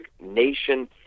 nation